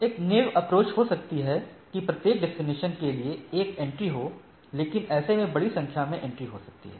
एक naive approach हो सकता है कि प्रत्येक डेस्टिनेशन के लिए एक एंट्री हो लेकिन ऐसे में बड़ी संख्या में एंट्री हो सकती हैं